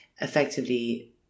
effectively